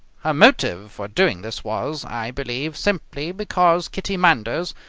her motive for doing this was, i believe, simply because kitty manders,